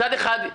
מצד אחד,